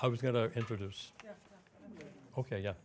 i was going to introduce ok yeah